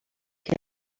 que